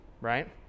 right